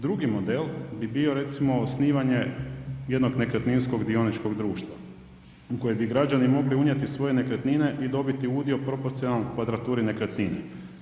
Drugi model, bi bio recimo osnivanje jednog nekretninskog dioničkog društva u koje bi građani mogli unijeti svoje nekretnine i dobiti udio proporcionalan kvadraturi nekretnine.